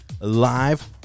live